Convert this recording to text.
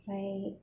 ओमफ्राय